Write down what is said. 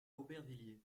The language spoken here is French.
aubervilliers